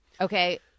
Okay